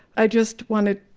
i just wanted